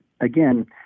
Again